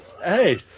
hey